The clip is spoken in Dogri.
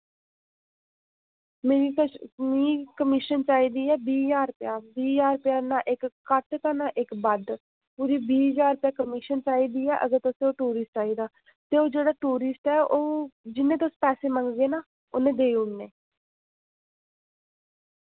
मिगी किश मिगी कमीशन चाहिदी ऐ बीह् ज्हार रपेआ बीह् ज्हार रपेआ ना इक घट ते ना इक बद्ध पूरी बीह् ज्हार रपेआ कमीशन चाहिदी ऐ अगर तुस ओह् टूरिस्ट चाहिदा ते ओह् जेह्ड़ा टूरिस्ट ऐ ओ जिन्ने तुस पैसे मंगगे ना उन्ने देई ओड़ने